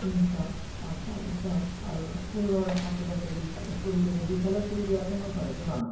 তিনিশ বা চাৰিশ আৰু ফুলৰ কাপোৰ আছে দি পেলাই ফুল দি পেলাই ফুল দিয়াটো মই ঘৰতে বনাওঁ